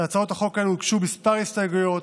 להצעות החוק הוגשו כמה הסתייגויות.